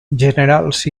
generals